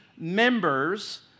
members